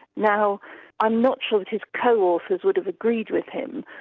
now i'm not sure that his co-authors would have agreed with him,